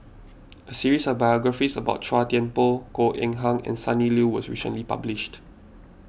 a series of biographies about Chua Thian Poh Goh Eng Han and Sonny Liew was recently published